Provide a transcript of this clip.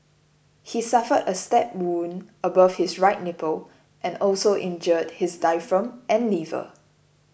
he suffered a stab wound above his right nipple and also injured his diaphragm and liver